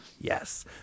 Yes